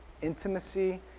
Intimacy